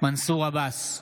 מנסור עבאס,